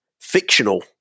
fictional